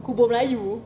kubur melayu